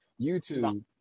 YouTube